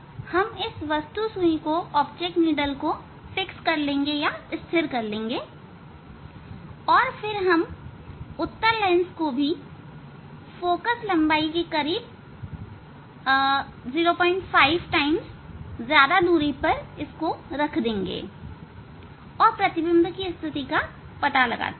हम इस वस्तु सुई को स्थिर कर लेंगे और फिर हम उत्तल लेंस को भी फोकल लंबाई से करीब 05 गुना दूरी पर स्थिर कर देंगे और प्रतिबिंब की स्थिति का पता लगाते हैं